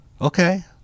okay